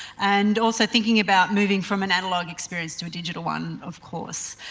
and also thinking about moving from an analogue experience to a digital one of course.